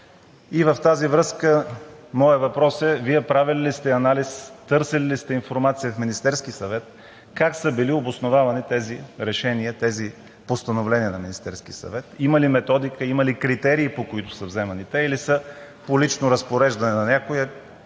И в тази връзка моят въпрос е: Вие правили ли сте анализ, търсили ли сте информация в Министерския съвет как са били обосновавани тези решения, тези постановления на Министерския съвет, има ли методика, има ли критерии, по които са вземани те, или по лично разпореждане на някого